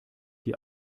die